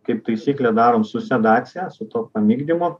kaip taisyklė darom su sedacija su tuo pamigdymo